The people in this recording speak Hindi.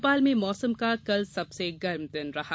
भोपाल में मौसम का कल सबसे गर्म दिन रहा